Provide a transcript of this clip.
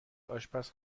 آشپز